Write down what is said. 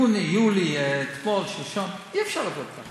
יוני, יולי, אתמול, שלשום, אי-אפשר לעבוד כך